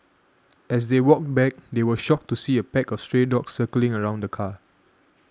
as they walked back they were shocked to see a pack of stray dogs circling around the car